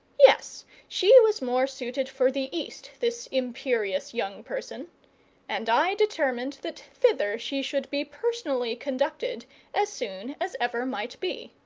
yes, she was more suited for the east, this imperious young person and i determined that thither she should be personally conducted as soon as ever might be.